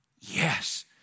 yes